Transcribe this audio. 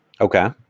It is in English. Okay